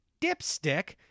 dipstick